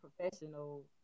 professional